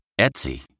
Etsy